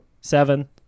seven